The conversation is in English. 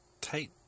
tight